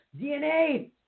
DNA